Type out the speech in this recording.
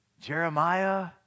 Jeremiah